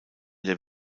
der